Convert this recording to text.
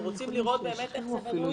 אנחנו רוצים לראות איך זה בנוי,